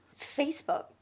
Facebook